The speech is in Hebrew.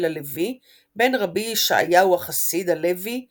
הלוי בן ר' ישעיהו החסיד הלוי אלתקא,